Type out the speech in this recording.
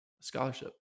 scholarship